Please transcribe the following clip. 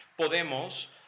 Podemos